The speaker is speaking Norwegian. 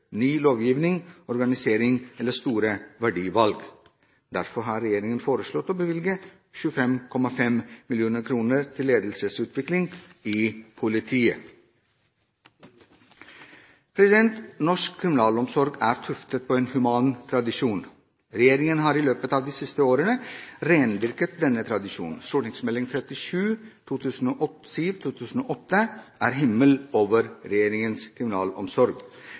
ny lovgivning, organisering eller store verdivalg. Derfor har regjeringen foreslått å bevilge 25,5 mill. kr til ledelsesutvikling i politiet. Norsk kriminalomsorg er tuftet på en human tradisjon. Regjeringen har i løpet av de siste årene rendyrket denne tradisjonen. St.meld. nr. 37 for 2007–2008 er himmel over regjeringens kriminalomsorg.